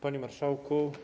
Panie Marszałku!